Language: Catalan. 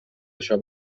això